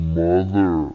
mother